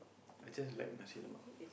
I just like nasi-lemak